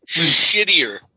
Shittier